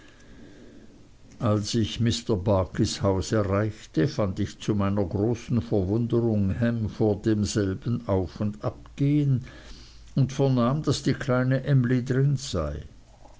als ich mr barkis haus erreichte fand ich zu meiner großen verwunderung ham vor demselben auf und abgehen und vernahm daß die kleine emly drin sei